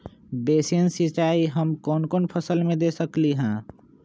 Basin सिंचाई हम कौन कौन फसल में दे सकली हां?